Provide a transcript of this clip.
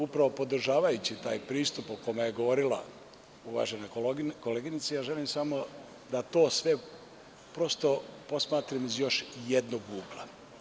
Upravo podržavajući taj pristup o kome je govorila uvažena koleginica ja želim samo da to sve prosto posmatram iz još jednog ugla.